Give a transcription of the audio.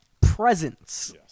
presence